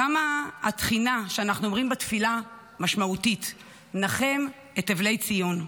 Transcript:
כמה התחינה שאנחנו אומרים בתפילה משמעותית: נחם את אבלי ציון.